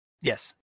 Yes